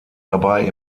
dabei